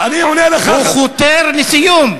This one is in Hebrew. הוא חותר לסיום.